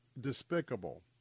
despicable